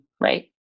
Right